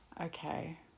Okay